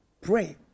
pray